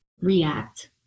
react